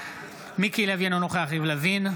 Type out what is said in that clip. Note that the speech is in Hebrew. אינו נוכח מיקי לוי, אינו נוכח יריב לוין,